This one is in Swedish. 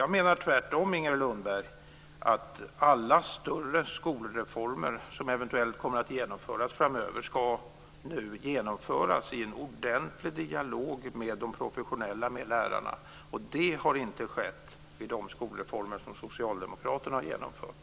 Jag menar tvärtom, Inger Lundberg, att alla större skolreformer som eventuellt kommer att genomföras framöver ska genomföras i en ordentlig dialog med de professionella lärarna. Det har inte skett vid de skolreformer som socialdemokraterna genomfört.